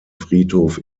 friedhof